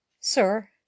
Sir